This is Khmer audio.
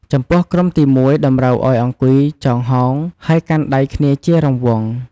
ចំពោះក្រុមទី១ តម្រូវឲ្យអង្គុយចោងហោង ហើយកាន់ដៃគ្នាជារង្វង់។